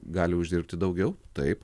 gali uždirbti daugiau taip